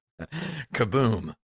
Kaboom